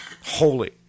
holy